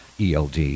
ELD